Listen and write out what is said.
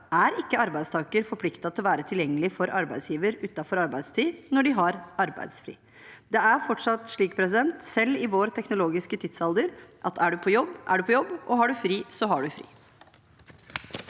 er ikke arbeidstaker forpliktet til å være tilgjengelig for arbeidsgiver utenfor arbeidstid når de har arbeidsfri. Det er fortsatt slik, selv i vår teknologiske tidsalder, at er du på jobb, er du på jobb, og har du fri, har du fri.